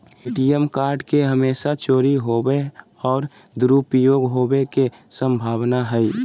ATM card के हमेशा चोरी होवय और दुरुपयोग होवेय के संभावना हइ